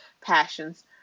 passions